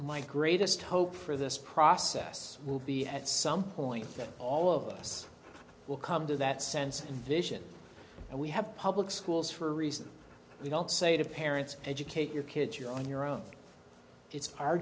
my greatest hope for this process will be at some point that all of us will come to that sense and vision and we have public schools for a reason we don't say to parents educate your kids you're on your own it's our